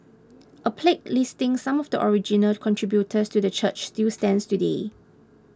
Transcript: a plaque listing some of the original contributors to the church still stands today